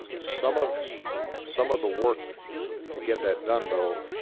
some of some of the work to get that done, though,